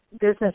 business